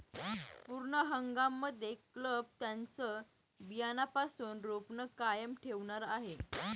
पूर्ण हंगाम मध्ये क्लब त्यांचं बियाण्यापासून रोपण कायम ठेवणार आहे